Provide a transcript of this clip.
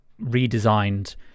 redesigned